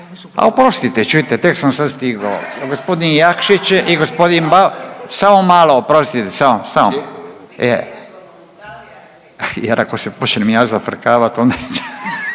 A oprostite čujte tek sam sad stigao. Gospodin Jakšić i gospodin. Samo malo, oprostite, samo, samo. Je. Jer ako se počnem ja zafrkavat onda